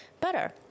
better